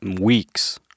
weeks